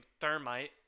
Thermite